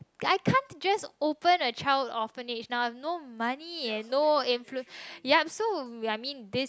I can't just open a child orphanage now I have no money and no influ~ ya so I mean this